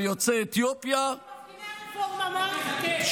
של יוצאי אתיופיה, ושל מפגיני הרפורמה, מה?